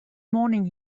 morning